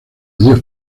dios